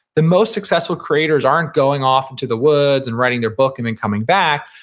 the most successful creators aren't going off to the woods and writing their book and then coming back.